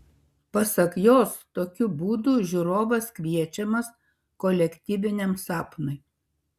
pasak jos tokiu būdu žiūrovas kviečiamas kolektyviniam sapnui